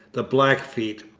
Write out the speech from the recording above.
the blackfeet,